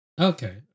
Okay